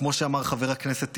כמו שאמר חבר הכנסת טיבי,